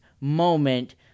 moment